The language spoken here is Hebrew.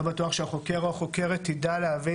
לא בטוח שהחוקר או החוקרת תדע להבין